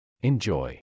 Enjoy